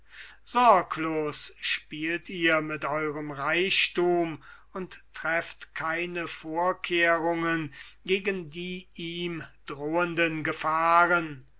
sorglos spielt ihr mit eurem reichthum und trefft keine vorkehrungen gegen die ihm drohenden gefahren